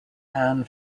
anne